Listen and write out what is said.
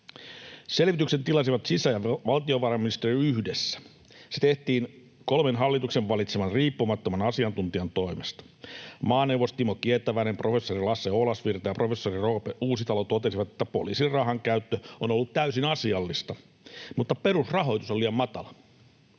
Selvityksen tilasivat sisä- ja valtiovarainministeriö yhdessä. Se tehtiin kolmen hallituksen valitseman riippumattoman asiantuntijan toimesta. Maaneuvos Timo Kietäväinen, professori Lasse Oulasvirta ja professori Roope Uusitalo totesivat, että poliisin rahankäyttö on ollut täysin asiallista, mutta perusrahoitus on liian matala.